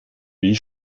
wie